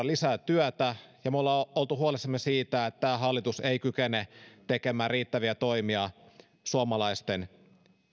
lisää työtä ja me olemme olleet huolissamme siitä että tämä hallitus ei kykene tekemään riittäviä toimia suomalaisten